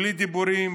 בלי דיבורים,